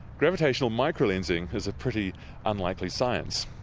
gravitational microlensing is a pretty unlikely science.